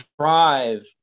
drive